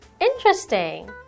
Interesting